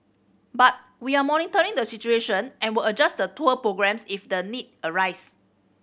but we are monitoring the situation and will adjust the tour programmes if the need arise